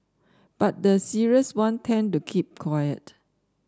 but the serious one tend to keep quiet